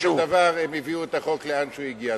בסופו של דבר, הם הביאו את החוק לאן שהוא הגיע.